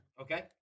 Okay